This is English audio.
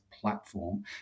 platform